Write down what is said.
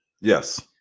Yes